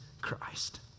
Christ